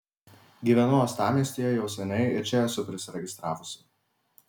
gyvenu uostamiestyje jau seniai ir čia esu prisiregistravusi